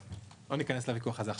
טוב, לא ניכנס לוויכוח הזה עכשיו.